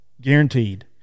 guaranteed